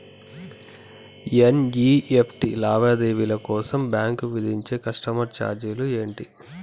NEFT లావాదేవీల కోసం bank విధించే కస్టమర్ ఛార్జీలు ఏమిటి?